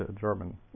German